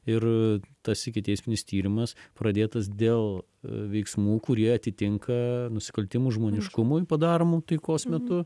ir tas ikiteisminis tyrimas pradėtas dėl veiksmų kurie atitinka nusikaltimų žmoniškumui padaromų taikos metu